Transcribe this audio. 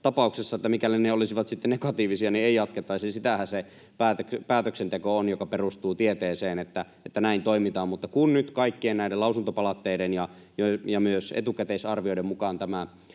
että mikäli ne olisivat sitten negatiivisia, niin ei jatkettaisi — sitähän se päätöksenteko on, mikä perustuu tieteeseen, että näin toimitaan. Mutta kun nyt kaikkien näiden lausuntopalautteiden ja myös etukäteisarvioiden mukaan tämä